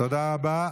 תודה רבה.